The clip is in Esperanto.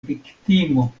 viktimo